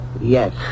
Yes